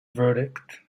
verdict